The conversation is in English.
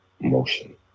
motion